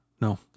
No